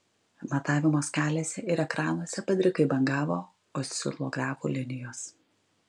matavimo skalėse ir ekranuose padrikai bangavo oscilografų linijos